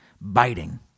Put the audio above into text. biting